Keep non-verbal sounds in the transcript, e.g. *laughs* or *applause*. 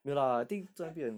*laughs*